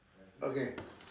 okay